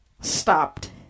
stopped